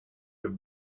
your